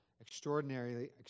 extraordinarily